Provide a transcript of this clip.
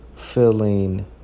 feeling